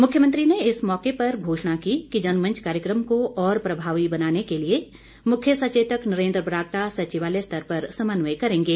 मुख्यमंत्री ने इस मौके पर घोषणा की कि जनमंच कार्यक्रम को और प्रभावी बनाने के लिए मुख्य सचेतक नरेंद्र बरागटा सचिवालय स्तर पर समन्वय करेंगे